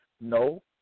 No